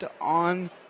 on